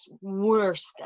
worst